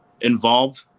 involved